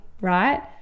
right